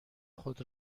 خود